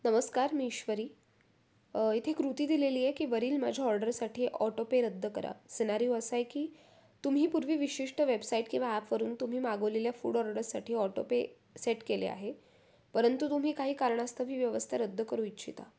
नमस्कार मी ईश्वरी इथे कृती दिलेली आहे की वरील माझ्या ऑर्डरसाठी ऑटोपे रद्द करा सिनारियो असा आहे की तुम्ही पूर्वी विशिष्ट वेबसाईट किंवा ॲपवरून तुम्ही मागवलेल्या फूड ऑर्डसाठी ऑटोपे सेट केले आहे परंतु तुम्ही काही कारणास्तव ही व्यवस्था रद्द करू इच्छिता